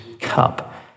cup